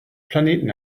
planeten